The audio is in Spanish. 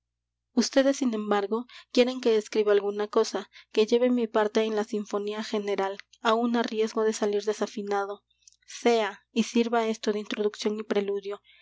ustedes sin embargo quieren que escriba alguna cosa que lleve mi parte en la sinfonía general aun á riesgo de salir desafinado sea y sirva esto de introducción y preludio